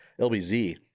LBZ